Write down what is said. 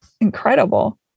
incredible